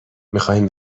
میخایم